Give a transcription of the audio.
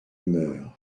humeur